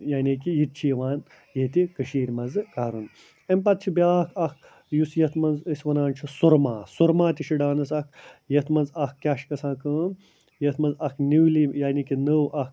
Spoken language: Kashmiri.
یعنی کہِ یِتہِ چھِ یِوان ییٚتہِ کٔشیٖرِ منٛز کَرنہٕ اَمہِ پتہٕ چھِ بیٛاکھ اَکھ یُس یَتھ منٛز أسۍ وَنان چھِ سۅرما سۅرما تہِ چھِ ڈانَس اَکھ یَتھ منٛز اَکھ کیٛاہ چھِ گژھان کٲم یَتھ منٛز اَکھ نیوٗلی یعنی کہِ نوٚو اَکھ